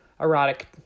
erotic